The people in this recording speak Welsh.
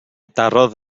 darodd